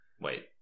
wait